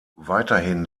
weiterhin